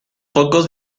focos